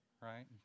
Right